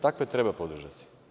Takve treba podržati.